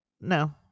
No